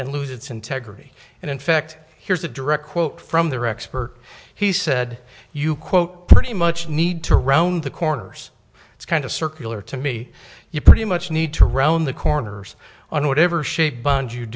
and lose its integrity and in fact here's a direct quote from the rx per he said you quote pretty much need to round the corners it's kind of circular to me you pretty much need to round the corners on whatever shape bond you